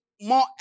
more